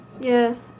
Yes